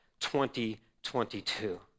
2022